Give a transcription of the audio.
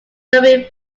derby